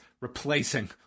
replacing